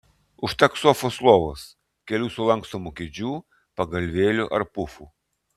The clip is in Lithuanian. užteks sofos lovos kelių sulankstomų kėdžių pagalvėlių ar pufų